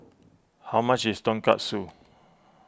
how much is Tonkatsu